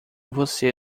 você